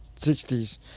60s